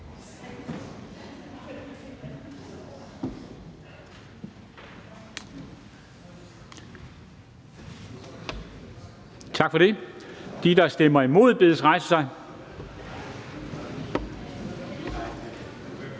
Tak for det. De, der stemmer imod, bedes rejse sig.